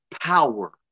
power